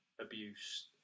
abuse